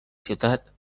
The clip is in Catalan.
ciutat